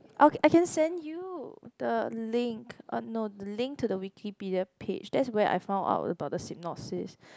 oh I can send you the link oh no the link to the Wikipedia page that's where I found out about the synopsis